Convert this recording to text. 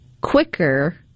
quicker